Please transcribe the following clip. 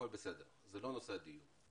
הכול בסדר זה לא נושא הדיון.